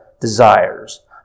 desires